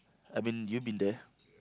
I mean you've been there